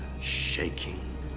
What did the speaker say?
shaking